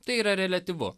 tai yra reliatyvu